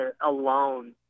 alone